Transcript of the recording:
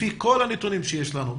לפי כל הנתונים שיש לנו,